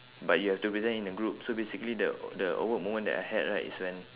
but you have to present in a group so basically the the awkward moment that I had right is when